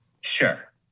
Sure